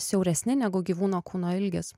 siauresni negu gyvūno kūno ilgis